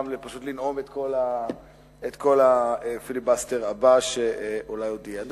לנאום את כל הפיליבסטר הבא שאולי עוד יהיה.